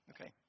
Okay